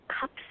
cups